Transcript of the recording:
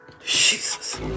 Jesus